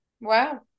Wow